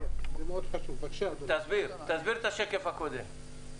--- בבקשה, תסביר את השקף הקודם.